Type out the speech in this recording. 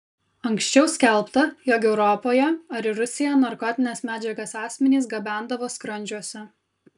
anksčiau skelbta jog europoje ar į rusiją narkotines medžiagas asmenys gabendavo skrandžiuose